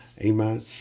amen